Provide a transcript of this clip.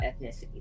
ethnicities